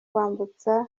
kwambutsa